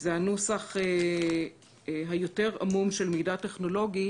זה הנוסח היותר עמום של מידע טכנולוגי